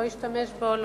לא השתמש בו,